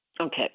Okay